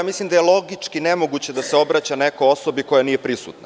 Mislim da je logički nemoguće da se obraća neko osobi koja nije prisutna.